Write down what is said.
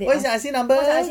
what's your I_C number